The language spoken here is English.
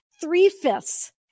Three-fifths